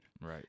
Right